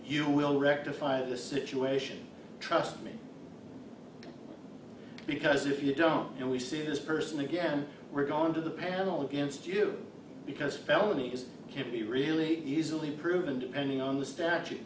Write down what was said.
you will rectify the situation trust me because if you don't you know we see this person again we're going to the panel against you because felony is can be really easily proven depending on the statu